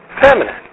Feminine